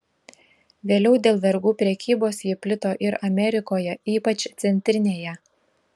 vėliau dėl vergų prekybos ji plito ir amerikoje ypač centrinėje